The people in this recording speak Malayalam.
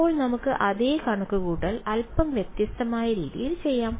ഇപ്പോൾ നമുക്ക് അതേ കണക്കുകൂട്ടൽ അല്പം വ്യത്യസ്തമായ രീതിയിൽ ചെയ്യാം